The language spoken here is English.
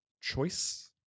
choice